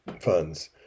funds